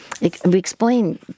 Explain